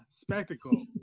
spectacle